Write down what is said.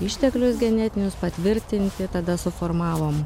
išteklius genetinius patvirtinti tada suformavom